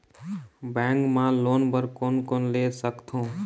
Bank मा loan बर कोन कोन ले सकथों?